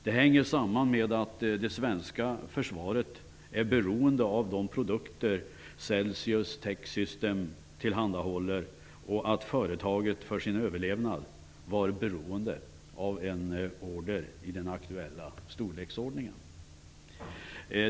Det hänger samman med att det svenska försvaret är beroende av de produkter Celsius Tech Systems tillhandahåller och att företaget för sin överlevnad var beroende av en order i den aktuella storleksordningen.